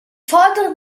fordere